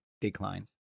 declines